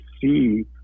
see